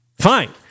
fine